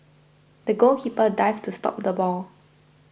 the goalkeeper dived to stop the ball